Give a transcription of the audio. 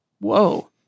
Whoa